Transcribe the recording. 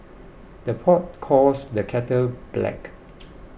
the pot calls the kettle black